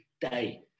day